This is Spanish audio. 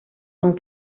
son